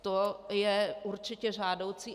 To je určitě žádoucí.